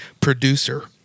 producer